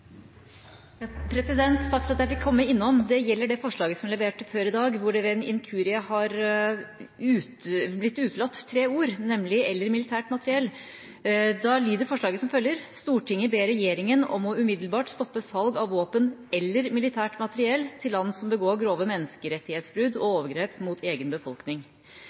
Takk for at jeg fikk komme innom. Det gjelder det forslaget som vi leverte før i dag, forslag nr. 2 til sak nr. 1, hvor det ved en inkurie har blitt utelatt tre ord, nemlig «eller militært materiell». Da lyder forslaget som følger: «Stortinget ber regjeringen om å umiddelbart stoppe salg av våpen eller militært materiell til land som begår grove menneskerettighetsbrudd og overgrep mot egen befolkning.»